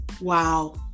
Wow